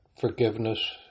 forgiveness